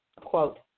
Quote